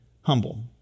humble